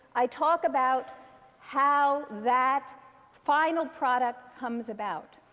i talk about how that final product comes about.